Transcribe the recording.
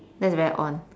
that's very on